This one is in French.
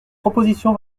proposition